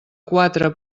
quatre